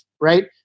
right